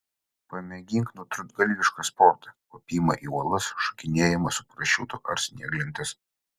pamėgink nutrūktgalvišką sportą kopimą į uolas šokinėjimą su parašiutu ar snieglentes